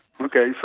Okay